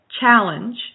challenge